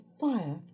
fire